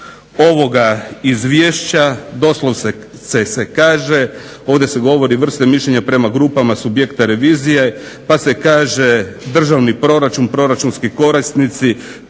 ovog izvješća doslovce se kaže, ovdje se govori vrste mišljenja prema grupama, subjekta revizije pa se kaže državni proračun, proračunski korisnici,